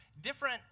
different